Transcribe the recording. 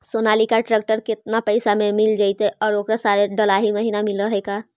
Sonalika tractor केतना पैसा में मिल जइतै और ओकरा सारे डलाहि महिना मिलअ है का?